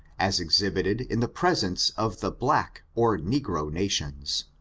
as exhibited in the presence of the black or negro nations.